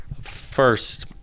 first